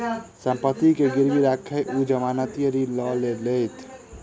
सम्पत्ति के गिरवी राइख ओ जमानती ऋण लय लेलैथ